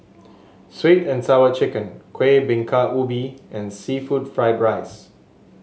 sweet and Sour Chicken Kuih Bingka Ubi and seafood Fried Rice